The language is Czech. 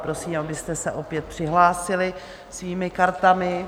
Prosím, abyste se opět přihlásili svými kartami.